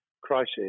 crisis